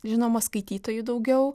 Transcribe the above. žinoma skaitytojų daugiau